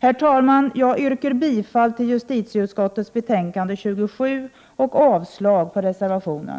Herr talman! Jag yrkar bifall till justitieutskottets hemställan i betänkande 27 och avslag på reservationen.